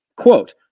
Quote